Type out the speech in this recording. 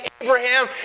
Abraham